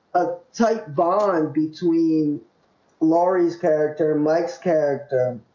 a tight bond between laurie's character mike's character